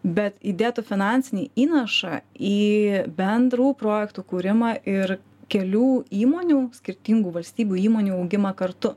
bet įdėtų finansinį įnašą į bendrų projektų kūrimą ir kelių įmonių skirtingų valstybių įmonių augimą kartu